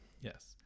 Yes